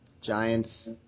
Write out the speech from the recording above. Giants